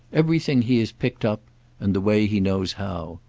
everything he has picked up' and the way he knows how.